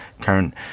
current